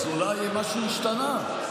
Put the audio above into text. אז אולי משהו השתנה.